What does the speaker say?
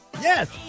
yes